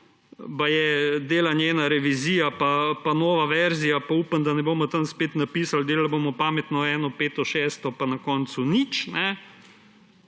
dela njena revizija pa nova verzija, upam, da ne bomo tam spet napisali, delali bomo pametno prvo, peto, šesto, pa na koncu nič.